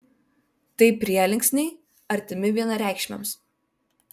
tai prielinksniai artimi vienareikšmiams